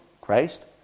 Christ